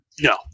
No